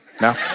No